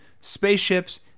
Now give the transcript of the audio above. spaceships